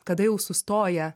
kada jau sustoja